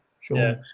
Sure